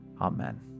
amen